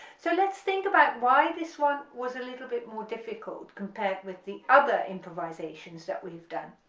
so let's think about why this one was a little bit more difficult compared with the other improvisations that we've done,